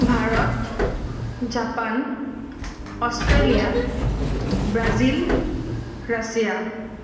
Bharat Japan Australia Brazil Russia